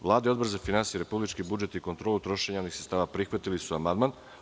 Vlada i Odbor za finansije, republički budžet i kontrolu trošenja javnih sredstava prihvatili su amandman.